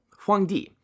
Huangdi